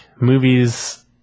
movies